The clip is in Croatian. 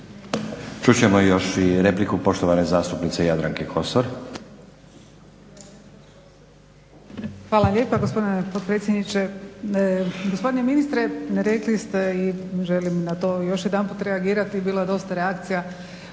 Čut ćemo još i repliku poštovane zastupnice Jadranke Kosor.